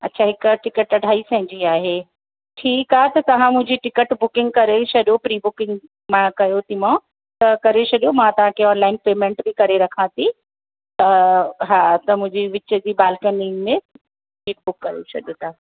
अच्छा हिक टिकेट अढाई सै जी आहे ठीकु आहे त तव्हां मुंहिंजी टिकट बुंकिंग करे ई छॾियो प्री बुकिंग मां कयोथी माव तव्हां करे छॾियो मां तव्हांखे ऑनलाइन पेमेंट बि करे रखां थी त हा त मुंहिंजी विच जी बालकनी में सीट बुक करे छॾियो तां